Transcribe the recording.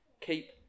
keep